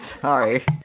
sorry